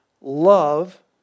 love